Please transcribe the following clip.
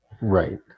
Right